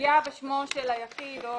לפגיעה בשמו של היחיד.